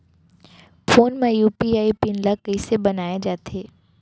Phone म UPI PIN ल कइसे बनाये जाथे?